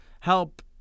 help